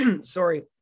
sorry